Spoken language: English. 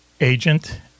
Agent